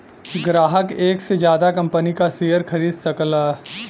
ग्राहक एक से जादा कंपनी क शेयर खरीद सकला